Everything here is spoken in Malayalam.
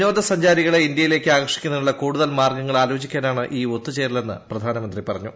വിനോദ സഞ്ചാരികളെ ഇന്ത്യയിലേക്ക് ആകർഷിക്കുന്നതിനുള്ള കൂടുതൽ മാർഗ്ഗങ്ങൾ ആലോചിക്കാനാണ് ഈ ഒത്തുചേരലെന്ന് പ്രധാനമന്ത്രി പറഞ്ഞു